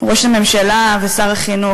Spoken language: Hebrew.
ראש הממשלה ושר החינוך?